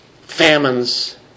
famines